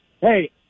Hey